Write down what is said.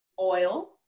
Oil